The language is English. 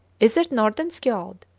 is it nordenskiold?